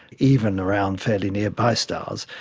even around fairly nearby stars.